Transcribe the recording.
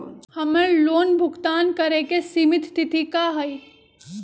हमर लोन भुगतान करे के सिमित तिथि का हई?